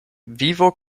vivo